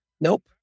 Nope